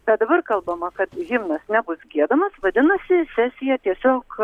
bet dabar kalbama kad himnas nebus giedamas vadinasi sesija tiesiog